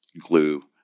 glue